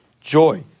joy